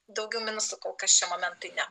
daugiau minusų kol kas šiam momentui ne